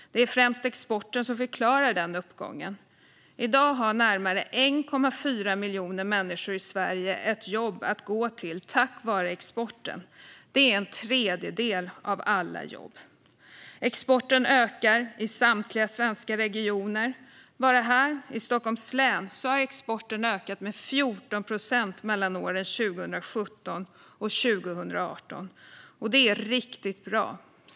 Det är främst exporten som förklarar den uppgången. I dag har närmare 1,4 miljoner människor i Sverige ett jobb att gå till tack vare exporten. Det är en tredjedel av alla jobb. Exporten ökar i samtliga svenska regioner; bara här i Stockholms län har exporten ökat med 14 procent mellan 2017 och 2018, och det är riktigt bra.